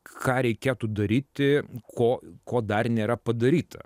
ką reikėtų daryti ko ko dar nėra padaryta